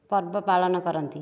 ପର୍ବ ପାଳନ କରନ୍ତି